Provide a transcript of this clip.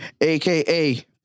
AKA